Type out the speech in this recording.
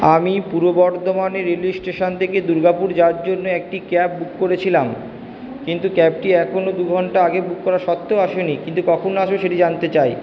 আমি পূর্ব বর্ধমানের রেলওয়ে স্টেশন থেকে দুর্গাপুর যাওয়ার জন্য একটি ক্যাব বুক করেছিলাম কিন্তু ক্যাবটি এখনো দু ঘন্টা আগে বুক করা সত্ত্বেও আসে নি কিন্তু কখন আসবে সেটি জানতে চাই